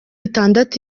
itandatu